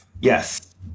Yes